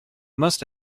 must